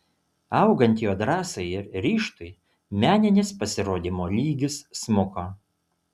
augant jo drąsai ir ryžtui meninis pasirodymo lygis smuko